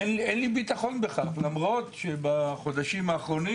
אין לי ביטחון בכך, למרות שבחודשים האחרונים